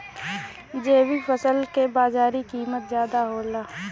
जैविक फसल क बाजारी कीमत ज्यादा होला